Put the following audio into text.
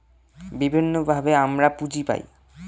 বিভিন্নভাবে আমরা পুঁজি পায়